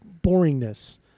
boringness